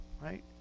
right